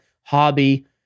hobby